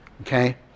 okay